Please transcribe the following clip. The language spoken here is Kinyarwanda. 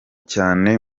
cyane